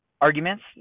arguments